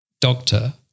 doctor